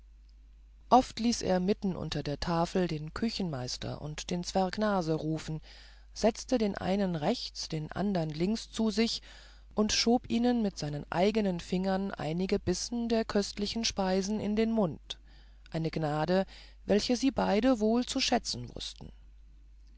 oft ließ er mitten unter der tafel den küchenmeister und den zwerg nase rufen setzte den einen rechts den andern links zu sich und schob ihnen mit seinen eigenen fingern einige bissen der köstlichen speisen in den mund eine gnade welche sie beide wohl zu schätzen wußten